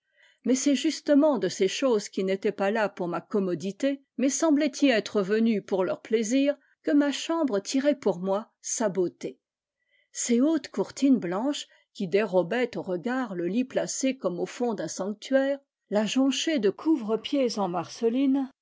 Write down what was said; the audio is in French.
mais c'est justement de ces choses qui n'étaient pas là pour ma commodité mais semblaient y être venues pour leur plaisir ne ma chambre tirait pour moi sa beauté ces autes courtines blanches qui dérobaient aux egards le lit placé comme au fond d'un sanctuaire a jonchée de couvre-pieds en marceline